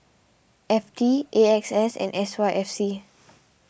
F T A X S and S Y F C